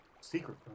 Secret